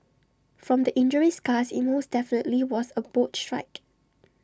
from the injury scars IT most definitely was A boat strike